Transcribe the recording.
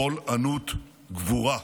קול ענות גבורה.